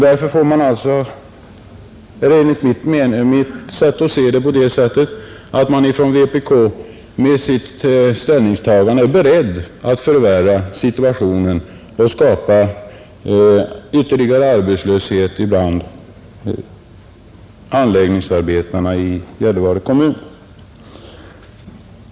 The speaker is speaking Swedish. Därför är man enligt mitt sätt att se det inom vpk med sitt ställningstagande beredd att förvärra situationen och skapa ytterligare arbetslöshet bland anläggningsarbetarna i Gällivare kommun.